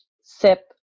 sip